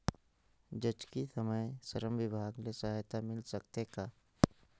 जचकी समय श्रम विभाग ले सहायता मिल सकथे का?